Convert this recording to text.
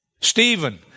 Stephen